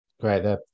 Great